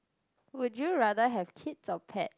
would you rather have kids or pet